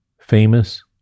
famous